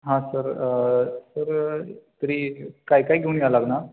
हां सर तर तरी काय काय घेऊन यावं लागणार